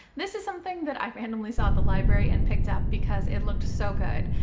this is something that i randomly saw at the library and picked up because it looked so good.